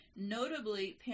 Notably